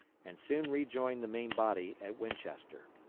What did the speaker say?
and soon rejoined the main body at winchester.